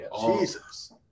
Jesus